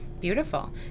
Beautiful